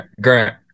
Grant